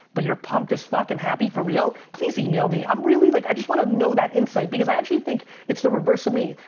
but you're pumped as fuck and happy for real, please email me. um like i just wanna know that insight because i actually think it's the reverse of me.